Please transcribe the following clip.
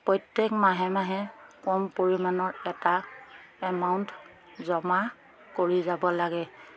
প্ৰত্যেক মাহে মাহে কম পৰিমাণৰ এটা এমাউণ্ট জমা কৰি যাব লাগে